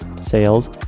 sales